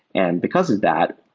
and because of that,